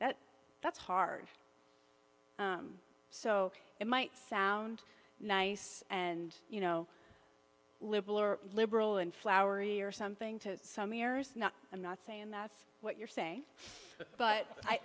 that that's hard so it might sound nice and you know liberal or liberal and flowery or something to some ears i'm not saying that's what you're saying but i